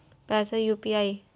पैसा यू.पी.आई?